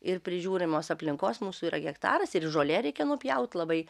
ir prižiūrimos aplinkos mūsų yra hektaras ir žolė reikia nupjaut labai